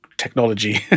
Technology